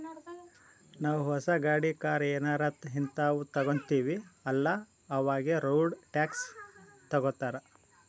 ನಾವೂ ಹೊಸ ಗಾಡಿ, ಕಾರ್ ಏನಾರೇ ಹಿಂತಾವ್ ತಗೊತ್ತಿವ್ ಅಲ್ಲಾ ಅವಾಗೆ ರೋಡ್ ಟ್ಯಾಕ್ಸ್ ತಗೋತ್ತಾರ್